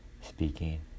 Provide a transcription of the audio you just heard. speaking